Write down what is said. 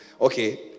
Okay